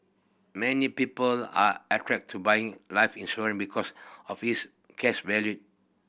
many people are attracted to buying life insurance because of its cash value